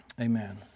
Amen